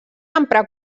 emprar